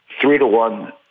three-to-one